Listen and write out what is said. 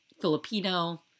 filipino